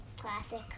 Classic